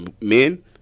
men